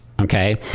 okay